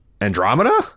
Andromeda